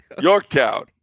Yorktown